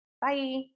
bye